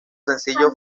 sencillo